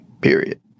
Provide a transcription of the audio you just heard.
Period